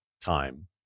time